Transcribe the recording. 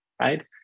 Right